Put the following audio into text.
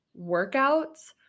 workouts